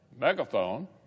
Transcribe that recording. megaphone